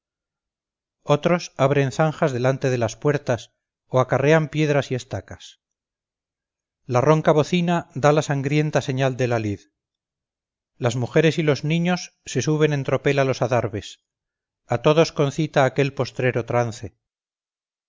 otros abren zanjas delante de las puertas o acarrean piedras y estacas la ronca bocina da la sangrienta señal de la lid las mujeres y los niños se suben en tropel a los adarves a todos concita aquel postrero trance